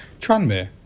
Tranmere